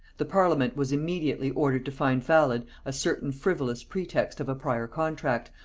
the parliament was immediately ordered to find valid a certain frivolous pretext of a prior contract,